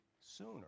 sooner